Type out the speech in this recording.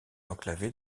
enclavée